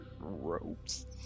Ropes